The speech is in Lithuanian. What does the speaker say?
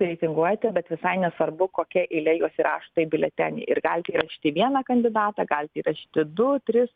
reitinguoti bet visai nesvarbu kokia eile juos įrašo tai biuleteniai ir galite įrašyti vieną kandidatą galite įrašyti du tris